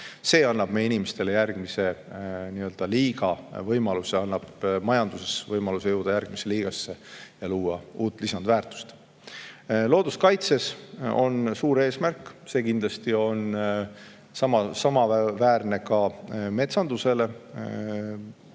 See annab meie inimestele järgmise liiga, see annab majanduses võimaluse jõuda järgmisse liigasse ja luua uut lisandväärtust. Looduskaitses on suur eesmärk, see on kindlasti samaväärne metsandusega: